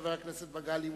חבר הכנסת מגלי והבה.